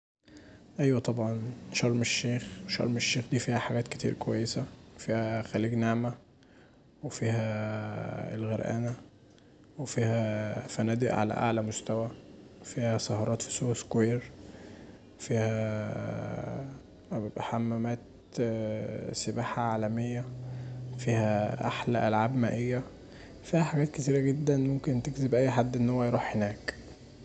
أيوة طبعا شرم الشيخ، وشرم الشيخ دي فيها حاجات كتير كويسه، فيها خليج نعمة وفيها الغرقانه، وفيها فنادق علي أعلي مستوي، فيها سهرات في سوق سكوير، فيها حمامات سباحه عالميه، فيها أحلي ألعاب مائية، فيها حاجات كتير جدا تجذب اي حد انه يروح هناك.